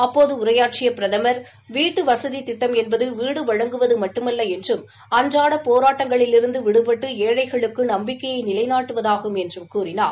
அப்போது உரையா்றறிய பிரதமா் வீட்டு வசதி திட்டம் என்பது வீடு வழங்குவது மட்டுமல்ல என்றும் அன்றாட போராட்டங்களிலிருந்து விடுபட்டு ஏழைகளுக்கு நம்பிக்கையை நிலைநாட்டுவதாகும் என்று கூறினார்